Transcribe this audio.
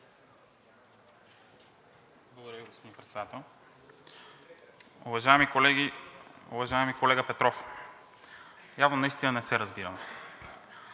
Ви, господин Председател. Уважаеми колеги! Уважаеми колега Петров, явно наистина не се разбираме.